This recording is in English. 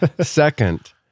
Second